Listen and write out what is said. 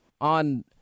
on